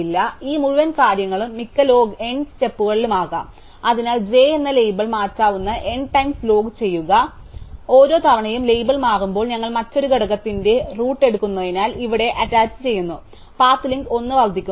അതിനാൽ ഈ മുഴുവൻ കാര്യങ്ങളും മിക്ക ലോഗ് n സ്റ്റെപ്പുകളിലുമാകാം അതിനാൽ j എന്ന ലേബൽ മാറ്റാവുന്ന n ടൈംസ് ലോഗ് ചെയ്യുക ഓരോ തവണയും ലേബൽ മാറുമ്പോൾ ഞങ്ങൾ മറ്റൊരു ഘടകത്തിന്റെ റൂട്ട് എടുക്കുന്നതിനാൽ ഇവിടെ അറ്റാച്ചുചെയ്യുന്നു പാത്ത് ലിങ്ക് 1 വർദ്ധിക്കുന്നു